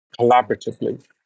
collaboratively